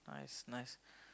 nice nice